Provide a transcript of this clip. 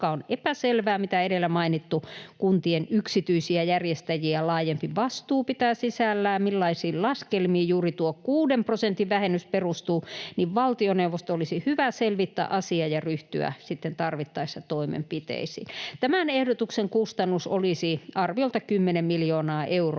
koska on epäselvää, mitä edellä mainittu kuntien yksityisiä järjestäjiä laajempi vastuu pitää sisällään, millaisiin laskelmiin juuri tuo 6 prosentin vähennys perustuu, niin valtioneuvoston olisi hyvä selvittää asia ja ryhtyä sitten tarvittaessa toimenpiteisiin. Tämän ehdotuksen kustannus olisi arviolta 10 miljoonaa euroa,